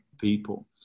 people